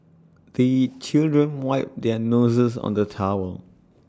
the children wipe their noses on the towel